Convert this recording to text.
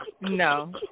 no